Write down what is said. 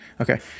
Okay